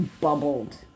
bubbled